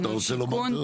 בינוי-שיכון,